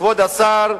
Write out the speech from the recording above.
כבוד השר,